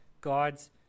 God's